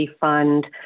fund